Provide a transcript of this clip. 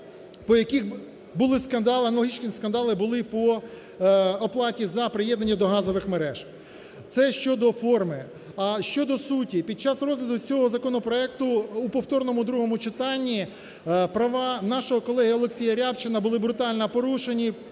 по яких були скандали, аналогічні скандали були по оплаті за приєднання до газових мереж. Це щодо форми. Щодо суті. Під час розгляду цього законопроекту в повторному другому читанні права нашого колеги Олексія Рябчина були брутально порушені